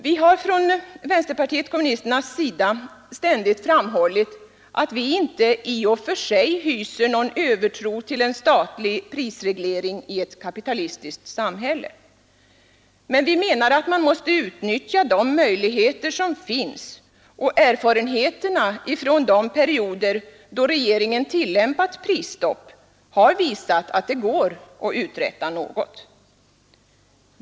Vi har från vänsterpartiet kommunisternas sida ständigt framhållit att vi inte i och för sig hyser någon övertro på en statlig prisreglering i ett kapitalistiskt samhälle. Men vi menar att man måste utnyttja de möjligheter som finns, och erfarenheterna från de perioder då regeringen tillämpat prisstopp har visat att det går att uträtta något.